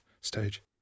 stage